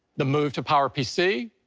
the move to powerpc,